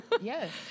yes